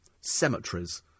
Cemeteries